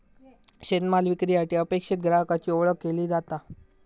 शेतमाल विक्रीसाठी अपेक्षित ग्राहकाची ओळख केली जाता